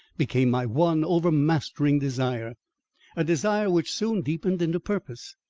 became my one overmastering desire a desire which soon deepened into purpose.